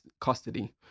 custody